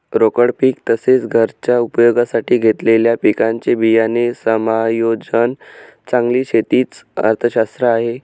रोकड पीक तसेच, घरच्या उपयोगासाठी घेतलेल्या पिकांचे बियाणे समायोजन चांगली शेती च अर्थशास्त्र आहे